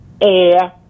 air